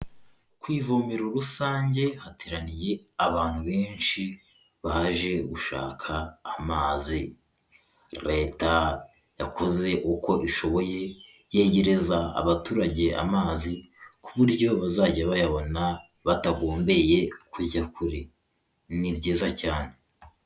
Ku ivomero rusange, hateraniye abantu benshi baje gushaka amazi, Leta yakoze uko ishoboye yegereza abaturage amazi ku buryo bazajya bayabona batagommbeye kujya kure, ni ryiza cyane.